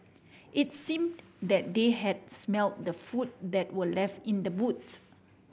it's seem that they had smelt the food that were left in the boots